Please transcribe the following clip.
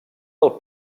del